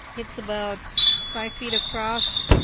it's about five feet across.